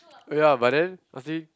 ya but then I see